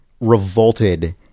revolted